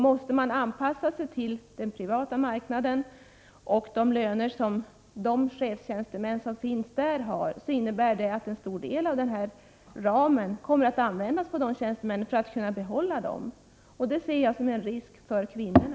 Måste man anpassa sig till den privata marknaden och de löner som de chefstjänstemän har som finns där, innebär detta att en stor del av ramen kommer att användas för att behålla dessa chefstjänstemän. Detta ser jag som en risk för kvinnorna.